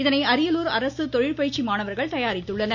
இதனை அரியலூர் அரசு தொழில்பயிற்சி மாணவர்கள் தயாரித்துள்ளனர்